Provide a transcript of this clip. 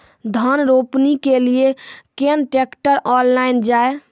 धान रोपनी के लिए केन ट्रैक्टर ऑनलाइन जाए?